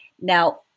Now